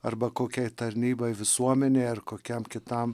arba kokiai tarnybai visuomenei ar kokiam kitam